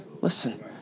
Listen